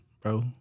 Bro